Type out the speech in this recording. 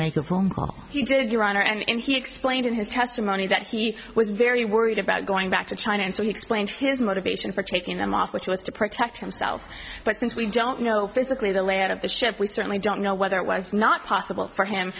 make a phone call he did your honor and he explained in his testimony that he was very worried about going back to china and so he explained his motivation for taking them off which was to protect himself but since we don't know physically the layout of the ship we certainly don't know whether it was not possible for him